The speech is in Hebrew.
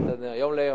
"יום ליום".